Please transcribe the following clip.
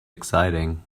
exciting